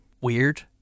weird